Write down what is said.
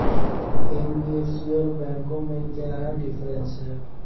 NBFC और बैंकों में क्या डिफरेंस है?